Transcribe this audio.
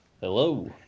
Hello